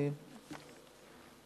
תודה.